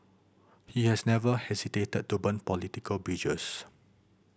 he has never hesitated to burn political bridges